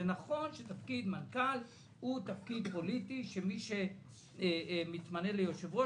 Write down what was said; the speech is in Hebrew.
זה נכון שתפקיד מנכ"ל הוא תפקיד פוליטי שמי שמתמנה ליושב-ראש,